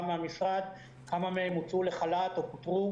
מהמשרד כמה מהם הוצאו לחל"ת או פוטרו,